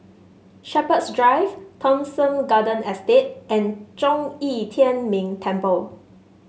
Shepherds Drive Thomson Garden Estate and Zhong Yi Tian Ming Temple